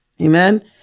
Amen